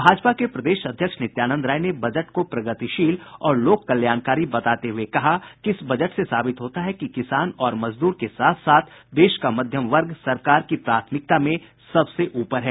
भाजपा के प्रदेश अध्यक्ष नित्यानंद राय ने बजट को प्रगतिशील और लोक कल्याणकारी बताते हुए कहा कि इस बजट से साबित होता है कि किसान और मजदूर के साथ साथ देश का मध्यम वर्ग सरकार की प्राथमिकता में सबसे ऊपर है